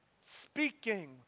Speaking